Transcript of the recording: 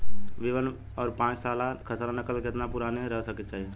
B one और पांचसाला खसरा नकल केतना पुरान रहे के चाहीं?